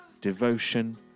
devotion